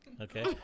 okay